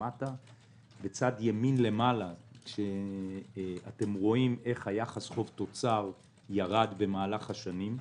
בצד ימין למעלה אתם רואים איך היחס חוב-תוצר ירד במהלך השנים.